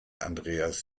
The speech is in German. andreas